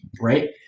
right